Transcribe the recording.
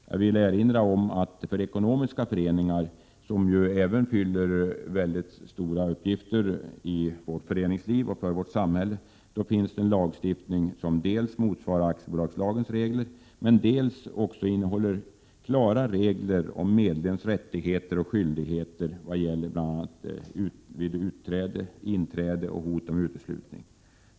Jag vill erinra om att det för ekonomiska föreningar, som även fyller stora uppgifter i föreningslivet och i samhället, finns lagstiftning som dels motsvarar aktiebolagslagens regler, dels innehåller klara regler om medlems rättigheter och skyldigheter vad gäller inträde, utträde och hot om uteslutning.